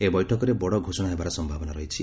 ଏହି ବୈଠକରେ ବଡ଼ ଘୋଷଣା ହେବାର ସମ୍ଭାବନା ରହିଛି